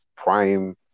Prime